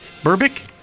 Burbick